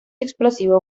explosivo